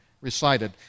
recited